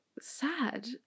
sad